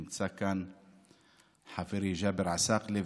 נמצא כאן חברי ג'אבר עסאקלה,